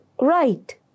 right।